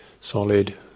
solid